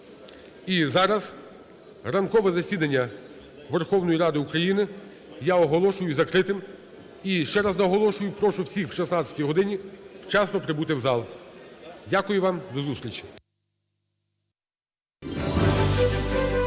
І зараз ранкове засідання Верховної Ради України я оголошую закритим. І ще раз наголошую, прошу всіх о 16-й годині вчасно прибути в зал. Дякую вам. До зустрічі.